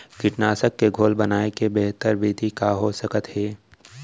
कीटनाशक के घोल बनाए के बेहतर विधि का हो सकत हे?